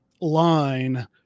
line